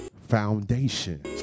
foundation